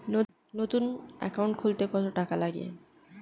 নতুন একাউন্ট খুলতে কত টাকা লাগে?